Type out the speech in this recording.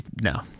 no